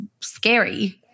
scary